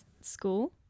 school